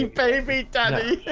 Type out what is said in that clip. baby daddy.